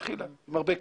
התחילה, עם הרבה קשיים.